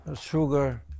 sugar